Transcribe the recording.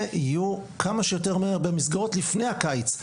יהיו כמה שיותר מהר במסגרות לפני הקיץ.